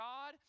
God